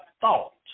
thought